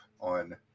on